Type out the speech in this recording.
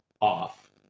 off